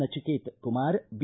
Nachiket Kumar B